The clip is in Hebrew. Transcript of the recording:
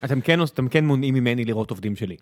אתם כן מונעים ממני לראות עובדים שלי.